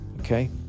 okay